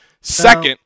Second